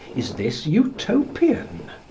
is this utopian?